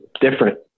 different